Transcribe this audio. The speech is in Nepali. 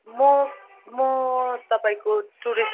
म म तपाईँको टुरिस्ट